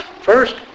First